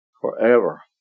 Forever